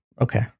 Okay